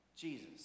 Jesus